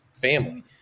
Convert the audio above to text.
family